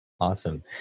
Awesome